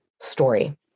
story